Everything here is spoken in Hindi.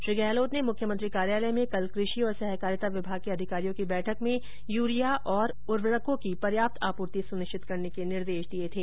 श्री गहलोत ने मुख्यमंत्री कार्यालय में कल कृषि तथा सहकारिता विभाग के अधिकारियों की बैठक में यूरिया और उर्वरकों की पर्याप्त आपूर्ति सुनिश्चित करने के निर्देश दिए थे